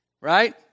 right